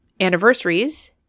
anniversaries